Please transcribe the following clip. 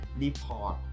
report